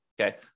okay